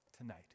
tonight